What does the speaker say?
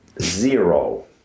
Zero